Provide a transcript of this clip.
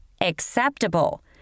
Acceptable